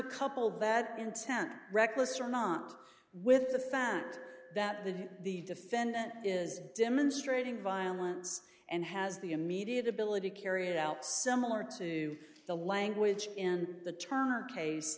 to couple that intent reckless or not with the fact that the the defendant is demonstrating violence and has the immediate ability carried out similar to the language in the turner case